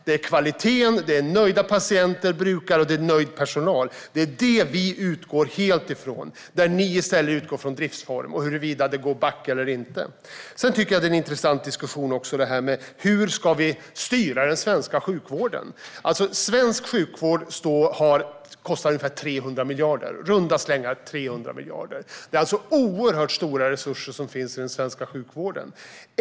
Det är kvalitet, nöjda patienter och brukare och nöjd personal som vi utgår från. Ni utgår i stället från driftsform och huruvida det går back eller inte. Sedan är det en intressant diskussion hur vi ska styra den svenska sjukvården. Svensk sjukvård kostar i runda slängar 300 miljarder. Det är alltså oerhört stora resurser som finns där.